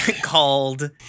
Called